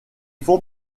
font